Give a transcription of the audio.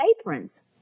aprons